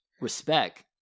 respect